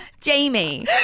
Jamie